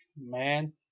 man